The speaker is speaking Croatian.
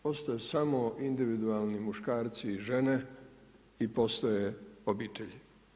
Postoje samo individualni muškarci i žene i postoji obitelj.